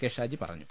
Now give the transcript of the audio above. K Shaji പറഞ്ഞു